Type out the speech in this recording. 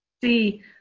see